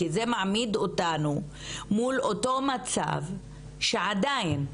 כי זה מעמיד אותנו מול אותו מצב שעדיין,